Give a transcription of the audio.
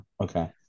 okay